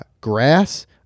grass